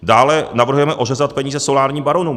Dále navrhujeme ořezat peníze solárním baronům.